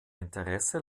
interessen